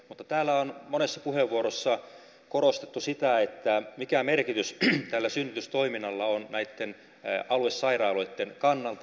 mutta täällä on monessa puheenvuorossa korostettu sitä mikä merkitys synnytystoiminnalla on näitten aluesairaaloitten kannalta